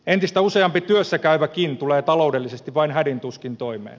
entistä useampi työssä käyväkin tulee taloudellisesti vain hädin tuskin toimeen